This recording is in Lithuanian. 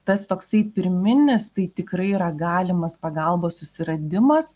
tas toksai pirminis tai tikrai yra galimas pagalbos susiradimas